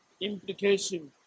implication